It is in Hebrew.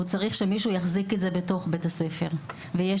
הוא צריך שמישהו יחזיק את זה בתוך בית הספר ויש